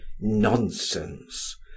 nonsense